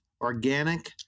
organic